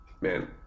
Man